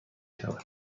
شود